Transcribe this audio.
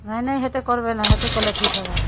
ନାଇଁ ନାଇଁ ହେତେ କର୍ବେନେ ହେତେ କଲେ ଠିକ୍ ହେବା